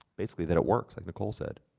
basically that it works, like nicole said.